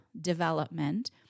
development